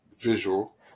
visual